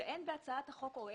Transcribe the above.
שטחים